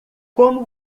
como